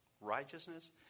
Righteousness